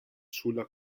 sulla